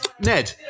Ned